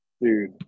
Dude